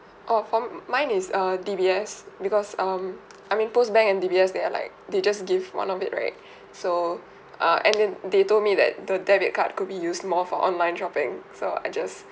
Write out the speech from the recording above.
oh for mine is uh D_B_S because um I mean P_O_S bank and D_B_S they are like they just give one of it right so uh and then they told me that the debit card could be used more for online shopping so I just